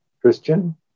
Christian